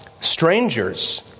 Strangers